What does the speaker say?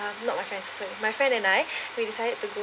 uh not my friends say my friend and I we decided to go